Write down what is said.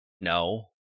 No